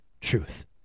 truth